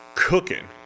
cooking